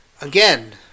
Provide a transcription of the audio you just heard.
again